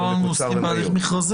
פה אנחנו עוסקים בהליך מכרזי.